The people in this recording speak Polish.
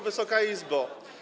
Wysoka Izbo!